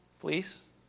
Please